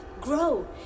grow